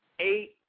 Eight